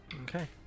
Okay